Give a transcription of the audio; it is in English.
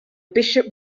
bishop